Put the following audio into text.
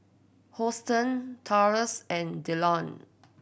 Hosteen Taurus and Dillion